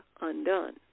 undone